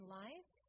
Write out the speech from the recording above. life